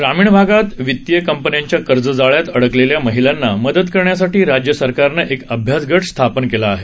ग्रामीण भागात वितीय कंपन्यांच्या कर्जजाळ्यात अडकलेल्या महिलांना मदत करण्यासाठी राज्य सरकारनं एक अभ्यासगट स्थापन केला आहे